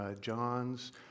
John's